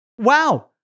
wow